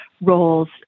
roles